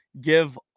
give